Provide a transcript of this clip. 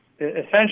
essentially